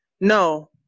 no